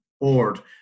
Board